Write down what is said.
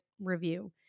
review